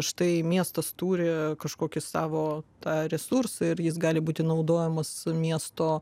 štai miestas turi kažkokį savo tą resursą ir jis gali būti naudojamas miesto